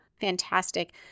fantastic